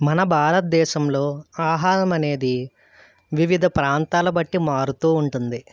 మన భారతదేశంలో ఆహారం అనేది వివిధ ప్రాంతాల బట్టి మారుతూ ఉంటుంది